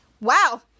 Wow